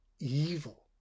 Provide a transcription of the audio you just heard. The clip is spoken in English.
Evil